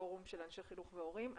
פורום של אנשי חינוך והורים.